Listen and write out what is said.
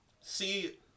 See